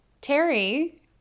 Terry